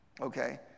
Okay